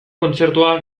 kontzertua